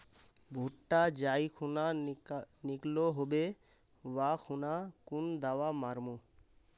भुट्टा जाई खुना निकलो होबे वा खुना कुन दावा मार्मु?